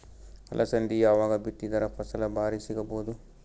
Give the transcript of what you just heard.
ಅಲಸಂದಿ ಯಾವಾಗ ಬಿತ್ತಿದರ ಫಸಲ ಭಾರಿ ಸಿಗಭೂದು?